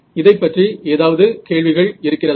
இதைப்பற்றி ஏதாவது கேள்விகள் இருக்கிறதா